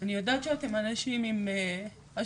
אני יודעת שאתם אנשים עם השפעה,